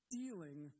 dealing